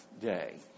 day